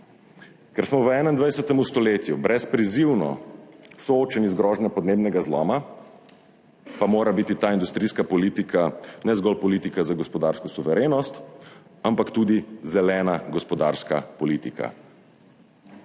ker smo v 21. stoletju brez prizivno soočeni z grožnjo podnebnega zloma, pa mora biti ta industrijska politika ne zgolj politika za gospodarsko suverenost, ampak tudi zelena gospodarska politika.